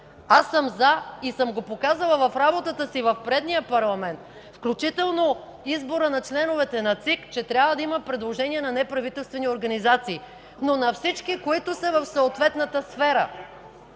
Аз съм „за” и съм го показала в работата си в предния парламент, включително избора на членовете на ЦИК, че трябва да има предложения на неправителствени организации, но на всички, които са в съответната сфера;